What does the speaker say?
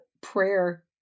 prayer